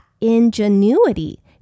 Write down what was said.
ingenuity